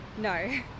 No